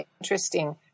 interesting